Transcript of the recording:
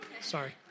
Sorry